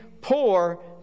poor